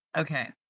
Okay